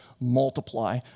multiply